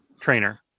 trainer